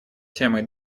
темой